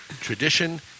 tradition